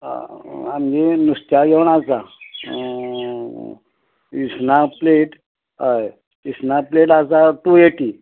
आमगे नुस्त्यां जेवण आसा इसणा प्लेट हय इसवणां प्लेट आसा टु ऐटी